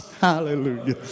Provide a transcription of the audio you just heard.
Hallelujah